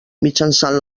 mitjançant